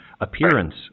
appearance